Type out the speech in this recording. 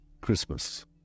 Christmas